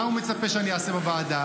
מה הוא מצפה שאני אעשה בוועדה?